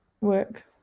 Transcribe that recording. work